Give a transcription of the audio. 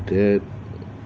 that